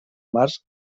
març